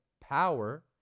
power